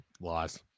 Loss